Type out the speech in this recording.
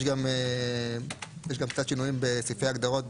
יש גם קצת שינויים בסעיפי הגדרות,